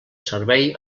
servei